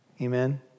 Amen